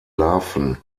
larven